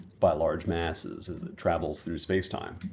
by large masses as it travels through space-time.